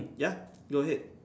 ya go ahead